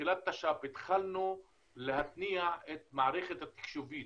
בתחילת תש"פ, התחלנו להתניע את המערכת התקשובית